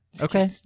Okay